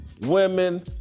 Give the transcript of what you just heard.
women